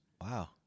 Wow